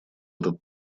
этот